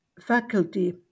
faculty